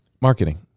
Marketing